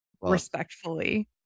respectfully